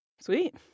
Sweet